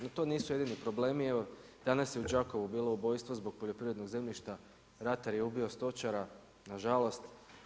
No to nisu jedini problemi, evo danas je u Đakovu bilo ubojstvo zbog poljoprivrednog zemljišta, ratar je ubio stočara, nažalost.